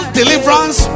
deliverance